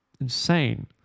insane